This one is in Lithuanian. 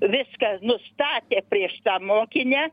viską nustatė prieš tą mokinę